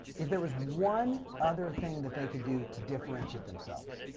if there was one other thing that they could do to differentiate themselves.